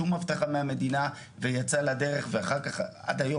שום הבטחה מהמדינה ויצא לדרך ואחר כך עד היום